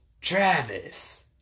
Travis